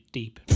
deep